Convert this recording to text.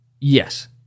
Yes